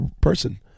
person